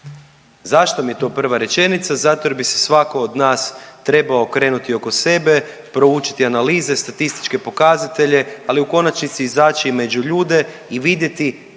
Zašto mi je to prva rečenica? Zato jer bi se svako oko nas trebao okrenuti oko sebe proučiti analize, statističke pokazatelje, ali u konačnici izaći među ljude i vidjeti